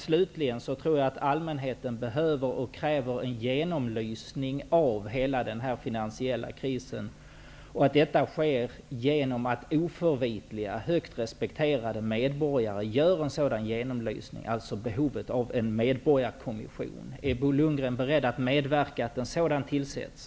Slutligen tror jag att allmänheten behöver och kräver en genomlysning av hela denna finansiella kris och att denna görs av oförvitliga, högt respekterade medborgare. Jag talar alltså om behovet av en medborgarkommission. Är Bo Lundgren beredd att medverka till att en sådan tillsätts?